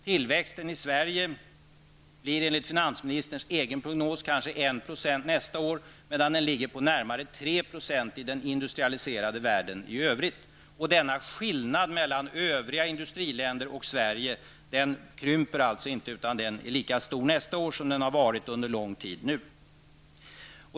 Tillväxten i Sverige blir enligt finansministerns egen prognos kanske 1 % nästa år, medan den ligger på närmare Skillnaden mellan övriga industriländer och Sverige krymper alltså inte, utan den är lika stor nästa år som den har varit under lång tid.